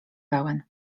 pełen